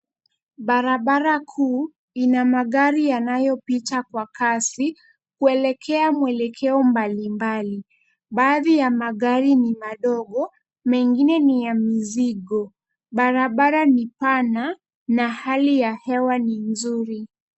Barabara kuu ina magari yanayopita kwa kasi kuelekea mwelekeo mbali mbali. Baadhi ya magari ni madogo mengine ni ya mizigo, barabara ni pana na hali ya hewa ni nzuri.